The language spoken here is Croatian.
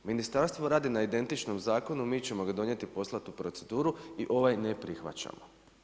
Ministarstvo radi na identičnom zakonu, mi ćemo ga donijeti, poslati u proceduru i ovaj ne prihvaćamo.